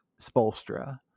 Spolstra